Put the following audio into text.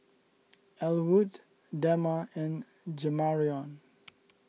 Ellwood Dema and Jamarion